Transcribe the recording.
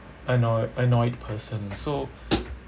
annoy annoyed person so